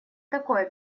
такое